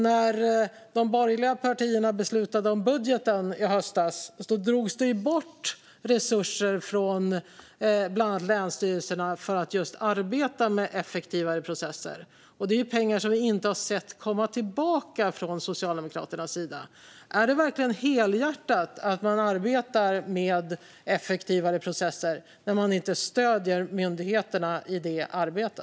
När de borgerliga partierna beslutade om budgeten i höstas drogs det bort resurser från bland annat länsstyrelserna för att just arbeta med effektivare processer. Det är pengar som vi inte har sett komma tillbaka från Socialdemokraternas sida. Är det verkligen helhjärtat att man arbetar med effektivare processer när man inte stöder myndigheterna i detta arbete?